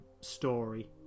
story